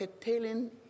telling